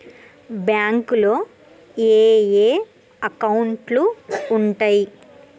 బ్యాంకులో ఏయే అకౌంట్లు ఉంటయ్?